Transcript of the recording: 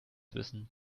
wissen